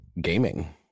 gaming